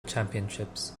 championships